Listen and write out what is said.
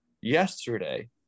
Yesterday